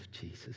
Jesus